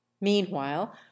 meanwhile